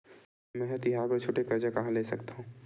मेंहा तिहार बर छोटे कर्जा कहाँ ले सकथव?